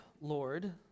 Lord